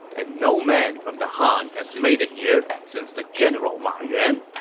and no man from the han has made it here since the general ma yuan.